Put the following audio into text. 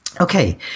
Okay